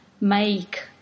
make